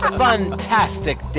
fantastic